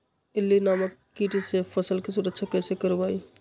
इल्ली नामक किट से फसल के सुरक्षा कैसे करवाईं?